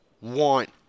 want